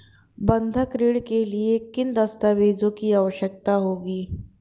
बंधक ऋण के लिए किन दस्तावेज़ों की आवश्यकता होगी?